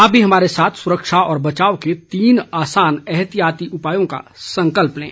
आप भी हमारे साथ सुरक्षा और बचाव के तीन आसान एहतियाती उपायों का संकल्प लें